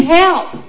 help